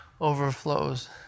overflows